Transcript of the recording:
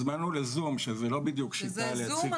הוזמנו לזום שזה לא בדיוק שיטה להציג --- שזה זום,